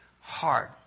hard